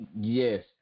Yes